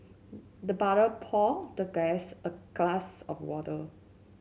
the butler poured the guest a glass of water